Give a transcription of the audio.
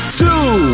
two